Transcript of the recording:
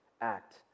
act